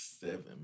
Seven